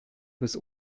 bis